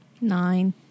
Nine